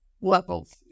levels